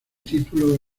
título